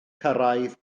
cyrraedd